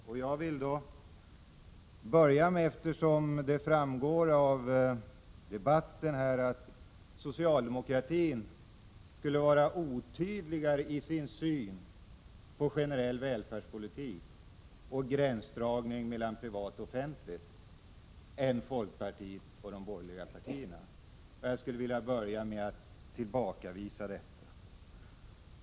Det har hävdats i debatten att socialdemokratin skulle vara otydligare i sin syn på generell välfärdspolitik och gränsdragning mellan privat och offentlig sektor än folkpartiet och de andra borgerliga partierna. Jag skulle vilja börja med att tillbakavisa detta.